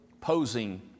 posing